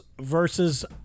versus